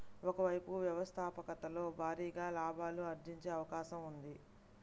ఒక వైపు వ్యవస్థాపకతలో భారీగా లాభాలు ఆర్జించే అవకాశం ఉంది